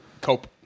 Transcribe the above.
Cope